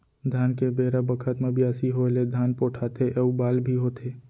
धान के बेरा बखत म बियासी होय ले धान पोठाथे अउ बाल भी होथे